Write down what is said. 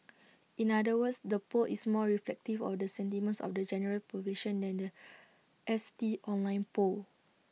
in other words the poll is more reflective of the sentiments of the general population than The S T online poll